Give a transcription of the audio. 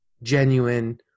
genuine